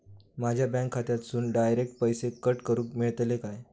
माझ्या बँक खात्यासून डायरेक्ट पैसे कट करूक मेलतले काय?